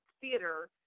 theater